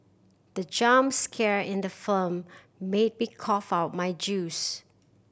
the jump scare in the firm made me cough out my juice